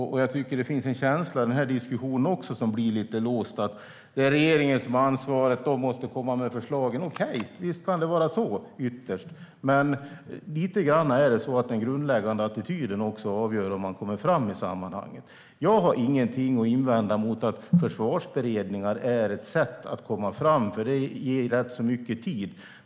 Jag tycker att det finns en lite låst känsla även i denna diskussion: Det är regeringen som har ansvaret och måste komma med förslagen. Visst kan det ytterst vara så, men lite är det också den grundläggande attityden som avgör om man kommer fram. Jag har inget att invända mot att försvarsberedningar är ett sätt att komma fram, för det ger rätt mycket tid.